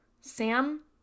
sam